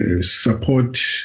support